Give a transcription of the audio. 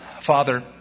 Father